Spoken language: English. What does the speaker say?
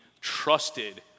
trusted